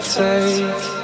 take